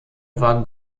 war